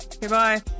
Goodbye